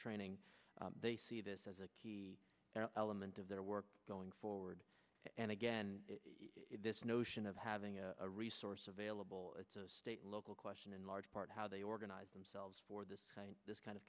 training they see this as a key element of their work going forward and again this notion of having a resource available to state local question in large part how they organize themselves for this this kind of